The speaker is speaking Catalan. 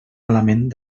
malament